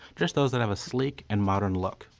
just those that have a sleek and modern look.